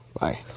Bye